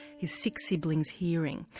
his six siblings hearing,